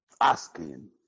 asking